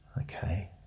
okay